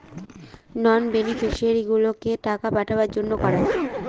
নন বেনিফিশিয়ারিগুলোকে টাকা পাঠাবার জন্য করায়